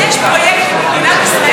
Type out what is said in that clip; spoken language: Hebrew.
יש פרויקטים במדינת ישראל,